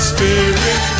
Spirit